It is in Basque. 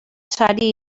sari